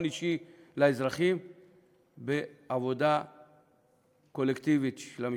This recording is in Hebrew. אישי לאזרחים בעבודה קולקטיבית של המשטרה.